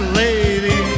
lady